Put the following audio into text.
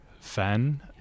fan